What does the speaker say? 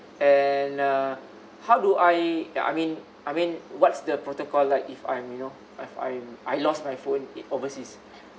and uh how do I yeah I mean I mean what's the protocol like if I'm you know like I've I've lost my phone overseas